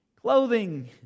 clothing